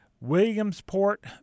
Williamsport